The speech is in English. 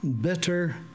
bitter